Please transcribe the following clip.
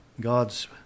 God's